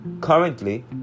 currently